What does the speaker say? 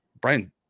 Brian